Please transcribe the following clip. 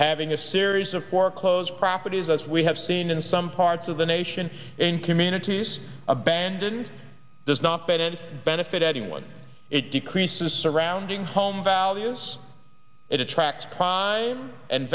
having a series of foreclosed properties as we have seen in some parts of the nation in communities abandoned does not fit and benefit anyone it decreases surrounding home values it attracts pine and